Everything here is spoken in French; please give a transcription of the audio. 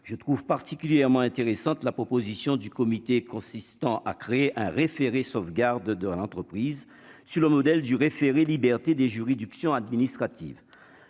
je trouve particulièrement intéressante la proposition du comité consistant à créer un référé, sauvegarde de l'entreprise, sur le modèle du référé liberté des juridictions administratives,